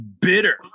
bitter